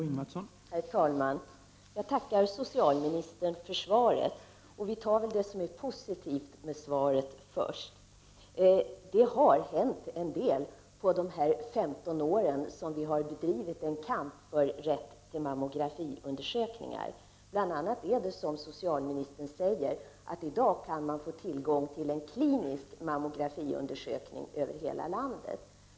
Herr talman! Jag tackar socialministern för svaret. Vi tar väl det som är positivt med svaret först. Det har hänt en del på de femton år som vi har bedrivit en kamp för rätt till mammografiundersökningar. Bl.a. är det som socialministern säger, att man i dag kan få tillgång till en klinisk mammografiundersökning över hela landet.